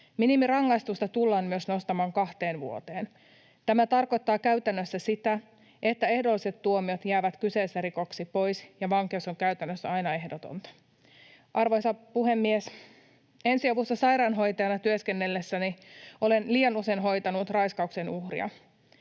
Minimirangaistusta tullaan myös nostamaan kahteen vuoteen. Tämä tarkoittaa käytännössä sitä, että ehdolliset tuomiot jäävät kyseisissä rikoksissa pois ja vankeus on käytännössä aina ehdotonta. Arvoisa puhemies! Ensiavussa sairaanhoitajana työskennellessäni olen liian usein hoitanut raiskauksen uhria.